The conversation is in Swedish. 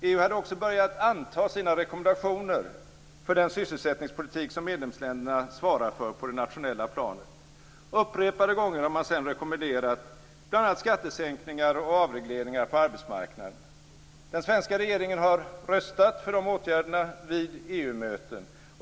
EU hade också börjat anta sina rekommendationer för den sysselsättningspolitik som medlemsländerna svarar för på det nationella planet. Upprepade gånger har man sedan rekommenderat bl.a. skattesänkningar och avregleringar på arbetsmarknaden. Den svenska regeringen har röstat för de åtgärderna vid EU-möten.